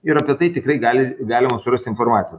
ir apie tai tikrai gali galima surast informaciją